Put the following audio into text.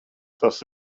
tas